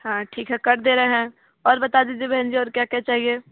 हाँ ठीक है कर दे रहे हैं और बता दीजिए बहन जी और क्या क्या चाहिए